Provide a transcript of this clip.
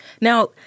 Now